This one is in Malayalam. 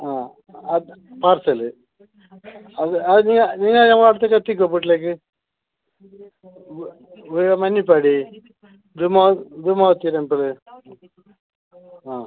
ആ അത് പാർസല് നീ ആ നമ്മളടുത്തേക്ക് എത്തിക്കുമോ വീട്ടിലേക്ക് മഞ്ഞിപ്പാടി ജുമാ ജുമാഅത്തിന് ഇപ്പുറം